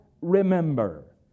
remember